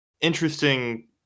interesting